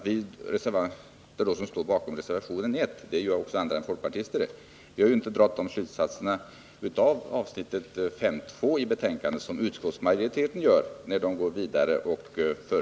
Vi som står bakom reservationen 1 — det är inte bara folkpartister som gör det, Karin Ahrland — har inte dragit samma slutsatser av avsnittet 5.2 i betänkandet som utskottsmajoriteten gör.